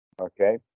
okay